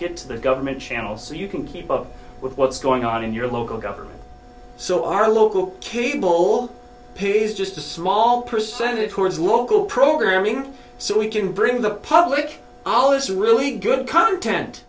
get to the government channel so you can keep up with what's going on in your local government so our local cable here's just a small percentage towards local programming so we can bring the public all this really good content